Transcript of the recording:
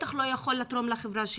בטח לא יכול לתרום לחברה.